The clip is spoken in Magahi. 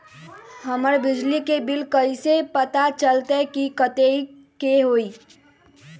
हमर बिजली के बिल कैसे पता चलतै की कतेइक के होई?